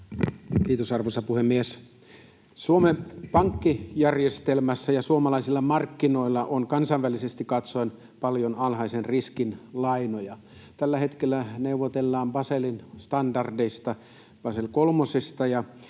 Kiitos, arvoisa puhemies! Suomen pankkijärjestelmässä ja suomalaisilla markkinoilla on kansainvälisesti katsoen paljon alhaisen riskin lainoja. Tällä hetkellä neuvotellaan Baselin standardeista, Basel